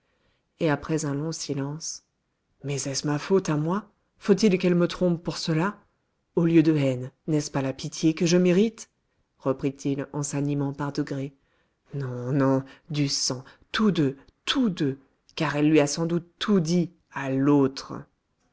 et après un long silence mais est-ce ma faute à moi faut-il qu'elle me trompe pour cela au lieu de haine n'est-ce pas la pitié que je mérite reprit-il en s'animant par degrés non non du sang tous deux tous deux car elle lui a sans doute tout dit à l'autre